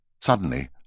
Suddenly